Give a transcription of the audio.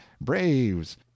braves